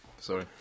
Sorry